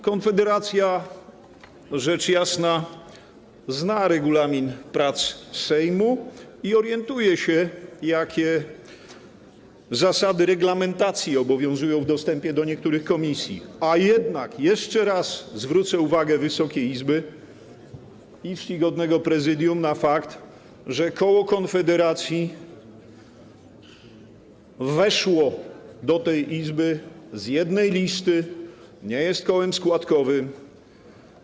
Konfederacja, rzecz jasna, zna regulamin prac Sejmu i orientuje się, jakie zasady reglamentacji obowiązują w dostępie do niektórych komisji, jednak jeszcze raz zwrócę uwagę Wysokiej Izby i czcigodnego Prezydium na fakt, że koło Konfederacji weszło do tej Izby z jednej listy, nie jest kołem składkowym.